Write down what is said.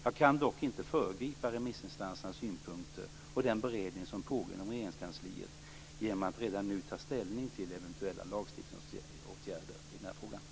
Jag kan dock inte föregripa remissinstansernas synpunkter och den beredning som pågår inom Regeringskansliet genom att redan nu ta ställning till eventuella lagstiftningsåtgärder i den här frågan.